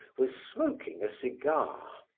was smoking a cigar.